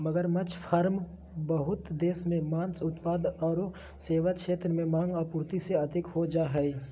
मगरमच्छ फार्म बहुत देश मे मांस उत्पाद आरो सेवा क्षेत्र में मांग, आपूर्ति से अधिक हो जा हई